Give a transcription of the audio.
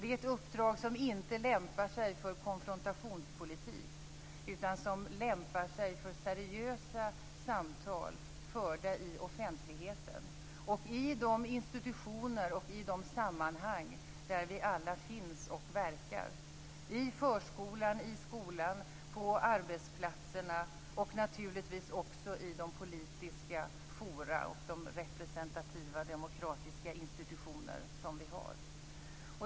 Det är ett uppdrag som inte lämpar sig för konfrontationspolitik, utan som lämpar sig för seriösa samtal förda i offentligheten och i de institutioner och i de sammanhang där vi alla finns och verkar - i förskolan, i skolan, på arbetsplatserna och naturligtvis också i de politiska fora och de representativa demokratiska institutioner som vi har.